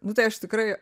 nu tai aš tikrai